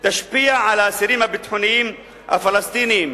תשפיע על האסירים הביטחוניים הפלסטינים?